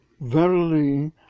verily